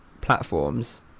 platforms